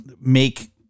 make